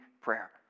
prayer